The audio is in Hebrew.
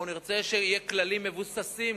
אנחנו נרצה שיהיו כללים מבוססים,